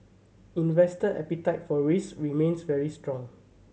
investor appetite for risk remains very strong